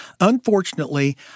unfortunately